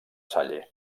salle